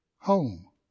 home